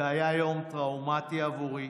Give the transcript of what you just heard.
זה היה יום טראומתי בעבורי